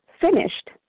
finished